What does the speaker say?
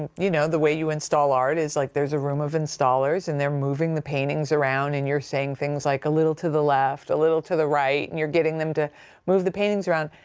ah you know, the way you install artist, like there's a room of installers and they're moving the paintings around and you're saying things like, a little to the left, a little to the right, and you're getting them to move the paintings around.